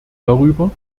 darüber